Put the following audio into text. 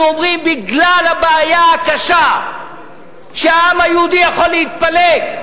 אנחנו אומרים: בגלל הבעיה הקשה שהעם היהודי יכול להתפלג,